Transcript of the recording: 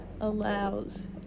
allows